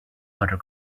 other